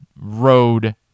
road